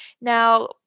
now